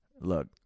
Look